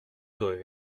doivent